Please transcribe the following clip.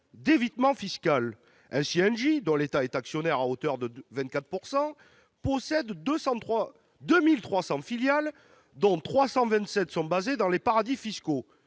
d'évitement fiscal. Ainsi Engie, dont l'État est actionnaire à hauteur de 24 %, possède 2 300 filiales, dont 327 sont basées dans des paradis fiscaux